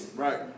Right